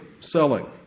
selling